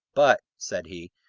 but, said he,